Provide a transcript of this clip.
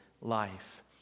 life